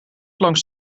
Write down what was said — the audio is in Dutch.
langs